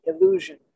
illusion